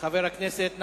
חבר הכנסת פלסנר.